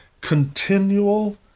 continual